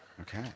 Okay